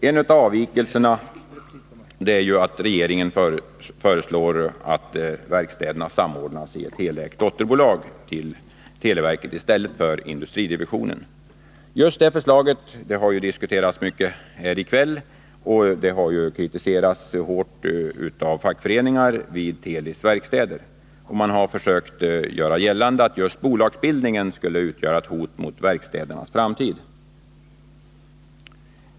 En av avvikelserna är att regeringen föreslår att verkstäderna samordnas i ett helägt dotterbolag till televerket i stället för i industridivisionen. Detta förslag har ju diskuterats mycket här i kväll, och det har kritiserats hårt av fackföreningar vid Telis verkstäder. Man har velat göra gällande att just bolagsbildningen skulle utgöra ett hot mot verkstädernas framtid.